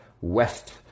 west